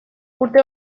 urte